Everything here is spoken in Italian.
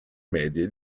medie